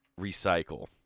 recycle